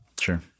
Sure